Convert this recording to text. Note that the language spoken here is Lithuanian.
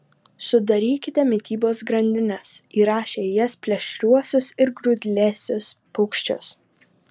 sudarykite mitybos grandines įrašę į jas plėšriuosius ir grūdlesius paukščius